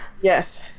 Yes